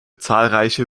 zahlreiche